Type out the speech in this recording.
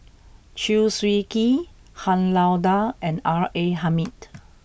Chew Swee Kee Han Lao Da and R A Hamid